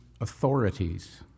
authorities